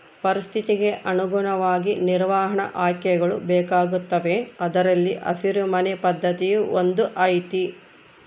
ಪರಿಸ್ಥಿತಿಗೆ ಅನುಗುಣವಾಗಿ ನಿರ್ವಹಣಾ ಆಯ್ಕೆಗಳು ಬೇಕಾಗುತ್ತವೆ ಅದರಲ್ಲಿ ಹಸಿರು ಮನೆ ಪದ್ಧತಿಯೂ ಒಂದು ಐತಿ